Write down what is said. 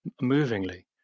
movingly